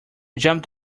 jumped